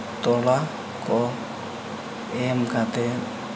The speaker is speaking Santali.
ᱛᱚᱞᱟ ᱠᱚ ᱮᱢ ᱠᱟᱛᱮᱫ